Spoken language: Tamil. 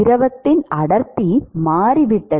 திரவத்தின் அடர்த்தி மாறிவிட்டது